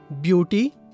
beauty